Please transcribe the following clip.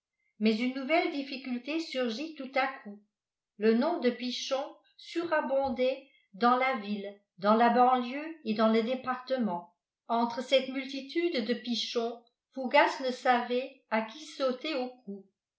mais une nouvelle difficulté surgit tout à coup le nom de pichon surabondait dans la ville dans la banlieue et dans le département entre cette multitude de pichon fougas ne savait à qui sauter au cou